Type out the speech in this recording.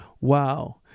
wow